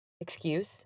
excuse